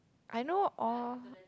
I know all